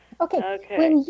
Okay